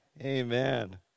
Amen